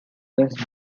was